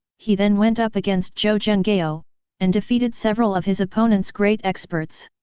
he then went up against zhou zhenghao, and defeated several of his opponent's great experts!